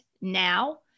now